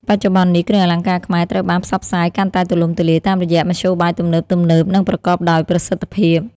បច្ចុប្បន្ននេះ គ្រឿងអលង្ការខ្មែរត្រូវបាន ផ្សព្វផ្សាយកាន់តែទូលំទូលាយ តាមរយៈមធ្យោបាយទំនើបៗ និងប្រកបដោយប្រសិទ្ធភាព។